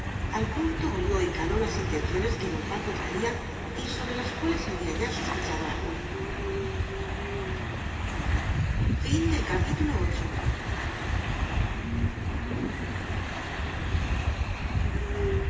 al punto olió y caló las intenciones que don paco traía y sobre las cuales había ya sospechado algo reza el